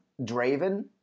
Draven